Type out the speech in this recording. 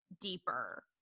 deeper